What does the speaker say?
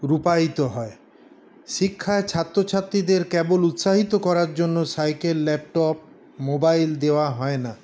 রূপায়িত হয় শিক্ষায় ছাত্রছাত্রীদের কেবল উৎসাহিত করার জন্য সাইকেল ল্যাপটপ মোবাইল দেওয়া হয় না